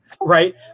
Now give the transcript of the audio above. Right